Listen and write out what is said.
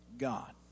God